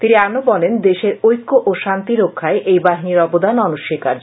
তিনি আরো বলেন দেশের ঐক্য ও শান্তি রক্ষায় এই বাহিনীর অবদান অনশ্বীকার্য